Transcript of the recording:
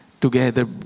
together